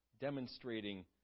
demonstrating